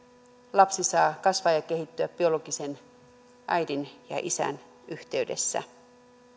lapsi saa kasvaa ja kehittyä biologisen äidin ja isän yhteydessä